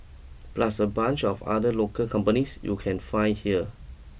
plus a bunch of other local companies you can find here